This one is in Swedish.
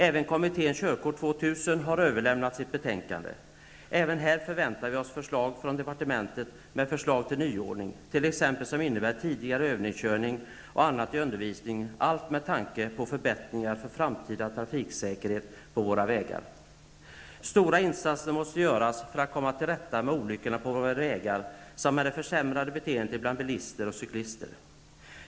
Även kommittén Körkort 2000 har överlämnat sitt betänkande. Också här förväntar vi oss att departementet kommer med förslag till en nyordning, vilka t.ex. handlar om övningskörning tidigare och annat i undervisningen -- allt detta med tanke på förbättringar beträffande den framtida trafiksäkerheten på våra vägar. Stora insatser måste göras för att det skall gå att komma till rätta med olyckorna ute på våra vägar samt med det försämrade beteendet hos bilister och cyklister.